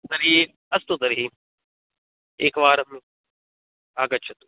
तर्हि अस्तु तर्हि एकवारम् आगच्छतु